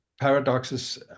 paradoxes